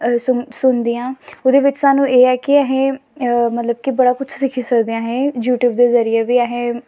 सुनदी आं ओह्दे बिच्च एह् ऐ कि असें मतलब कि बड़ा कुछ सिक्खी सकदे आं अस यूटयूब दे जरिये बी अस